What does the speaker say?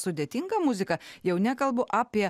sudėtinga muzika jau nekalbu apie